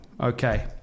Okay